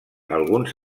alguns